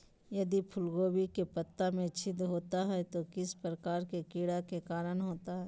यदि फूलगोभी के पत्ता में छिद्र होता है तो किस प्रकार के कीड़ा के कारण होता है?